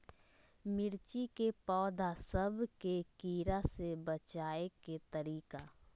मिर्ची के पौधा सब के कीड़ा से बचाय के तरीका?